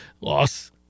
Loss